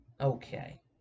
Okay